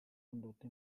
condotto